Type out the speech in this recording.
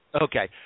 Okay